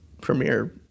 premiere